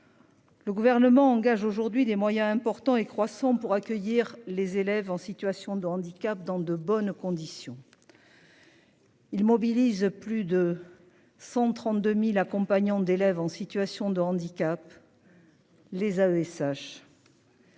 Le gouvernement engage aujourd'hui des moyens importants et croissants pour accueillir les élèves en situation de handicap dans de bonnes conditions.-- Il mobilise plus de 132.000 accompagnants d'élèves en situation de handicap. Les AESH.--